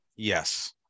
Yes